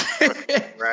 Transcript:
Right